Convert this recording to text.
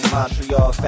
Montreal